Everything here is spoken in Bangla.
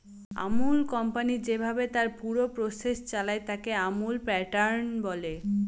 আমুল কোম্পানি যেভাবে তার পুরো প্রসেস চালায়, তাকে আমুল প্যাটার্ন বলে